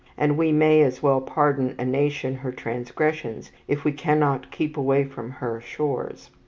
and we may as well pardon a nation her transgressions, if we cannot keep away from her shores.